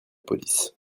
police